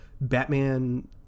batman